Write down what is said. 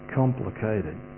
complicated